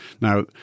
Now